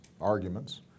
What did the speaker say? arguments